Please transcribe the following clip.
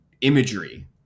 imagery